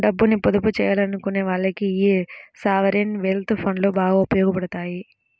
డబ్బుని పొదుపు చెయ్యాలనుకునే వాళ్ళకి యీ సావరీన్ వెల్త్ ఫండ్లు బాగా ఉపయోగాపడతాయి